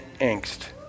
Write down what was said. angst